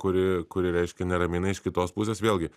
kuri kuri reiškia neramina iš kitos pusės vėlgi